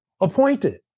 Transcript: appointed